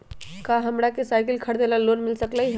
का हमरा के साईकिल खरीदे ला लोन मिल सकलई ह?